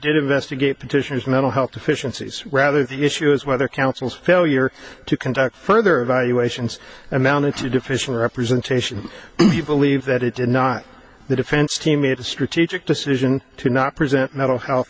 to investigate petitioners mental health deficiencies rather the issue is whether council's failure to conduct further evaluations amounted to deficient representation you believe that it did not the defense team made a strategic decision to not present mental health